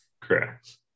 Correct